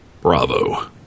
Bravo